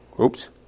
oops